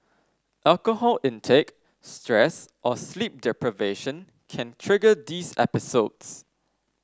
alcohol intake stress or sleep deprivation can trigger these episodes